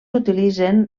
utilitzen